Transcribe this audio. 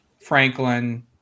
Franklin